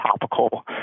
topical